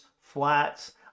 flats